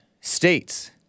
states